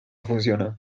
funcionado